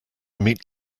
meat